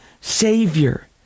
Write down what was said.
Savior